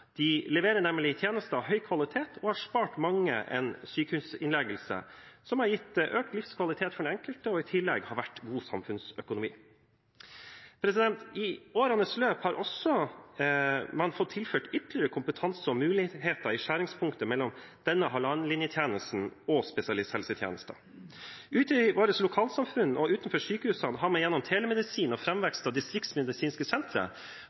De leverer nemlig tjenester av høy kvalitet og har spart mange en sykehusinnleggelse, som har gitt økt livskvalitet for den enkelte og i tillegg har vært god samfunnsøkonomi. I årenes løp har man også fått tilført ytterligere kompetanse og muligheter i skjæringspunktet mellom denne halvannenlinjetjenesten og spesialisthelsetjenesten. Ute i våre lokalsamfunn og utenfor sykehusene har man gjennom telemedisin og framvekst av distriktsmedisinske sentre